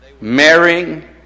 marrying